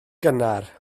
gynnar